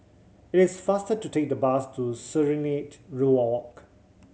it's faster to take the bus to Serenade Walk